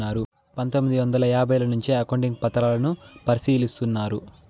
పందొమ్మిది వందల యాభైల నుంచే అకౌంట్ పత్రాలను పరిశీలిస్తున్నారు